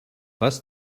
was